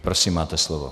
Prosím, máte slovo.